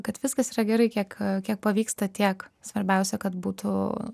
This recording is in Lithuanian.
kad viskas yra gerai kiek kiek pavyksta tiek svarbiausia kad būtų